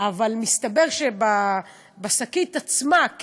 אבל מסתבר שבשקית עצמה,